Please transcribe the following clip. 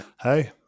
hey